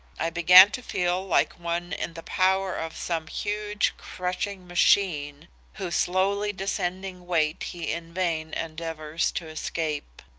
i began to feel like one in the power of some huge crushing machine whose slowly descending weight he in vain endeavors to escape.